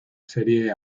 serie